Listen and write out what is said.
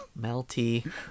Melty